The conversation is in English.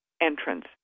Entrance